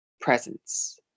presence